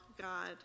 God